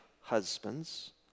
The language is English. husbands